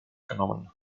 genommen